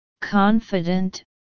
confident